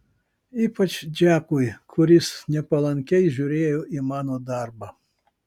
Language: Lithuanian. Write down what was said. ypač džekui kuris nepalankiai žiūrėjo į mano darbą